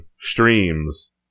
streams